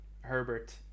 Herbert